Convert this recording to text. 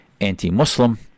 anti-Muslim